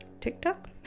TikTok